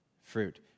fruit